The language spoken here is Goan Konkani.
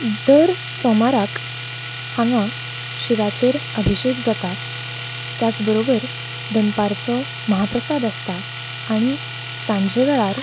दर सोमाराक हांगा शिवाचेर अभिशेक जाता त्याच बरोबर दनपारचो महाप्रसाद आसता आनी सांजे वेळार